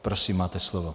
Prosím, máte slovo.